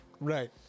Right